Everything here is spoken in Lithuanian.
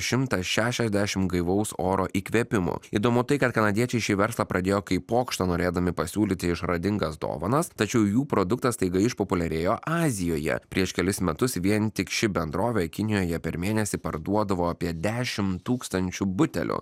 šimtą šešiasdešimt gaivaus oro įkvėpimų įdomu tai kad kanadiečiai šį verslą pradėjo kaip pokštą norėdami pasiūlyti išradingas dovanas tačiau jų produktas staiga išpopuliarėjo azijoje prieš kelis metus vien tik ši bendrovė kinijoje per mėnesį parduodavo apie dešimt tūkstančių butelių